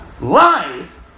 Life